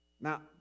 Now